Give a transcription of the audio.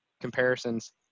comparisons